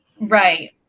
right